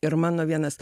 ir mano vienas